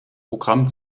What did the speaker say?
programm